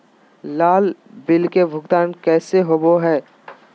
लाभ बिल के भुगतान कैसे होबो हैं?